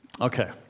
Okay